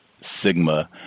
Sigma